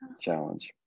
challenge